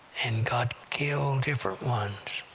and god killed different ones,